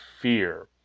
fear